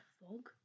fog